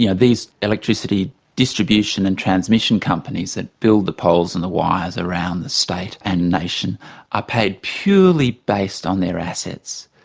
you know these electricity distribution and transmission companies that build the poles and the wires around the state and nation are paid purely based on their assets.